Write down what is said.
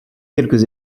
quelques